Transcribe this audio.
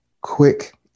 quick